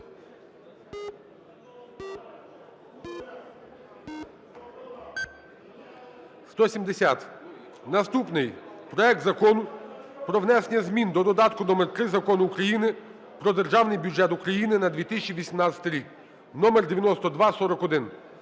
Наступний. Проект Закону про внесення змін до додатка № 3 Закону України "Про Державний бюджет України на 2018 рік" (№ 9241).